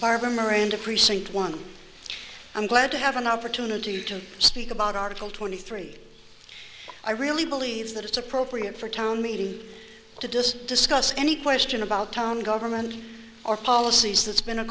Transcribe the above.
barbara miranda precinct one i'm glad to have an opportunity to speak about article twenty three i really believe that it's appropriate for a town meeting to discuss discuss any question about town government or policies that's been a